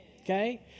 Okay